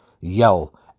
yell